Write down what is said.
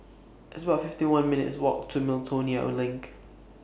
It's about fifty one minutes' Walk to Miltonia LINK